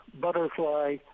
butterfly